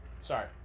sorry